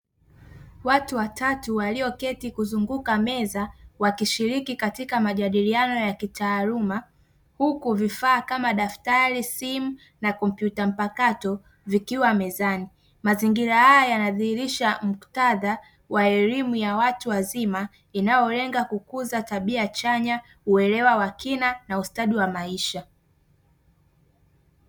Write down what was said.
Watu watatu walioketi kuzunguka meza wakishiriki katika majadiliano ya kitaaluma huku vifaa kama daftari, simu na kompyuta mpakato vikiwa mezani. Mazingira haya yanadhihirisha muktadha wa elimu ya watu wazima inayolenga kukuza tabia chanya, uelewa wa kina na ustadi wa maisha.